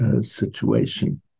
situation